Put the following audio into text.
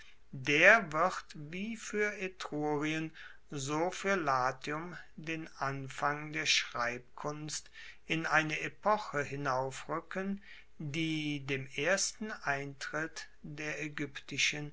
der wird wie fuer etrurien so fuer latium den anfang der schreibkunst in eine epoche hinaufruecken die dem ersten eintritt der